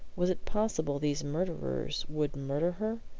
was it possible these murderers would murder her?